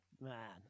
Man